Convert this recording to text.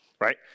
Right